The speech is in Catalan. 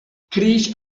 creix